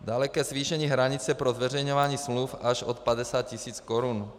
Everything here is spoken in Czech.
Dále ke zvýšení hranice pro zveřejňování smluv až od 50 000 korun.